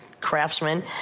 Craftsman